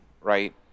right